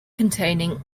containing